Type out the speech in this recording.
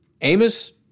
Amos